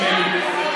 נדמה לי,